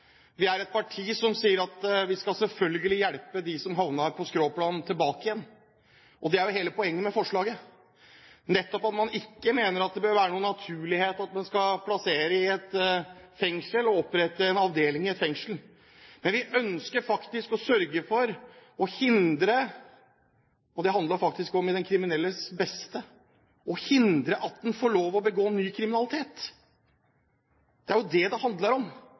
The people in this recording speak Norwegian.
Fremskrittspartiet er et parti som bryr seg om ofrene, et parti som sier at vi selvfølgelig skal hjelpe dem som havner på skråplanet, tilbake. Hele poenget med forslaget er jo at det ikke behøver være en naturlov at en skal plasseres i et fengsel – opprette en avdeling i et fengsel. Men vi ønsker – og dette er faktisk til den kriminelles beste – å hindre at han får lov til å begå ny kriminalitet. Det er jo det det handler om.